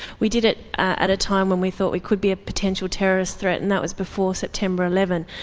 we did it at a time when we thought we could be a potential terrorist threat, and that was before september eleven,